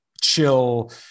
chill